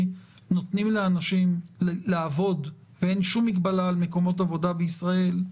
נותנים לאנשים לעבוד ואין שום מגבלה על מקומות עבודה בישראל,